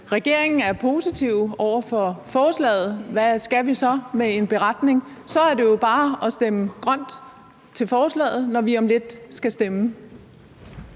regeringen er positiv over for forslaget, hvad skal vi så med en beretning? Så er det jo bare at stemme grønt til forslaget, når vi om lidt skal stemme.